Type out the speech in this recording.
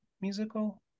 musical